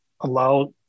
allow